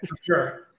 sure